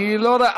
אני לא ראיתי,